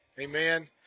Amen